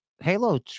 Halo